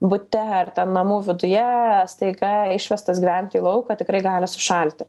bute ar namų viduje staiga išvestas gyventi į lauką tikrai gali sušalti